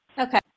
Okay